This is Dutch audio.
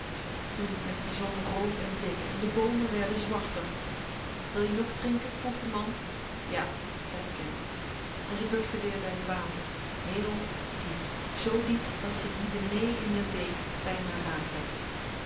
toen werd de zon rood en dik en de boomen werden zwarter wil je nog drinken vroeg de man ja zei t kind en ze bukten weer bij t water heel diep zoo diep dat ze die benee in de beek bijna raakten